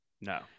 No